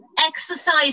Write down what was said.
exercise